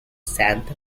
santa